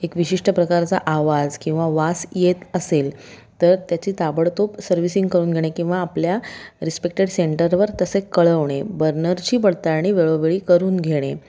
एक विशिष्ट प्रकारचा आवाज किंवा वास येत असेल तर त्याची ताबडतोब सर्व्हिसिंग करून घेणे किंवा आपल्या रिस्पेक्टेड सेंटरवर तसे कळवणे बर्नरची पडताळणी वेळोवेळी करून घेणे